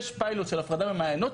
יש פיילוט של הפרדה במעיינות,